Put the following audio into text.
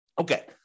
Okay